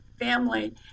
Family